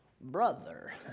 brother